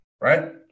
Right